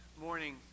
morning